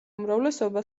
უმრავლესობა